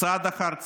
צעד אחר צעד,